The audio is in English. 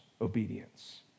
obedience